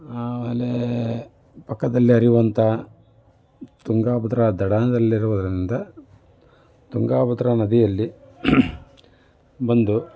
ಆಮೇಲೆ ಪಕ್ಕದಲ್ಲಿ ಹರಿಯುವಂಥ ತುಂಗಾಭದ್ರಾ ದಡದಲ್ಲಿರೋದರಿಂದ ತುಂಗಾಭದ್ರಾ ನದಿಯಲ್ಲಿ ಬಂದು